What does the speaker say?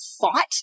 fight